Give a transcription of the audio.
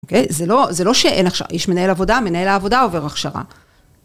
אוקיי? זה לא... זה לא שאין הכשרה. יש מנהל עבודה - מנהל העבודה עובר הכשרה.